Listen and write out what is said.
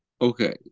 Okay